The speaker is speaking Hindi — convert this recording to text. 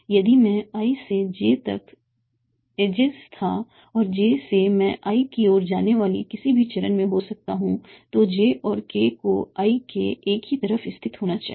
यदि मैं i से j तक एजेज था और j से मैं k की ओर जाने वाले किसी भी चरण में हो सकता हूं तो j और k को i के एक ही तरफ स्थित होना चाहिए